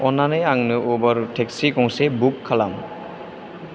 अननानै आंनो Uber taxi गंसे बुक खालाम